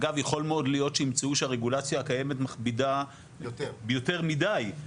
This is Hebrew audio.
אגב יכול מאוד להיות שימצאו שהרגולציה הקיימת מכבידה יותר מידי,